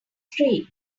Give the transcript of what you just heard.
tree